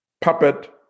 puppet